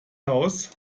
haus